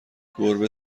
گربه